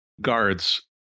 guards